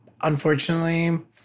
Unfortunately